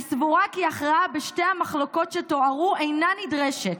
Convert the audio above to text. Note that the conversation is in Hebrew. אני סבורה כי ההכרעה בשתי המחלוקות שתוארו אינה נדרשת.